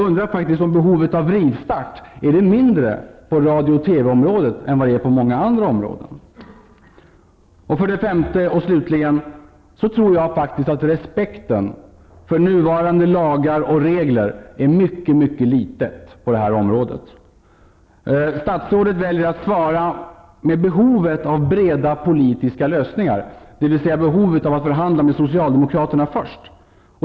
Är behovet av rivstart mindre på radiooch TV-området än på många andra områden? För det femte: Jag tror faktiskt att respekten för nuvarande lagar och regler är mycket liten på detta område. Statsrådet väljer att tala om behovet av breda politiska lösningar, dvs. behovet av att förhandla med socialdemokraterna först.